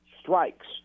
strikes